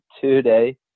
today